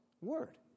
word